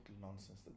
nonsense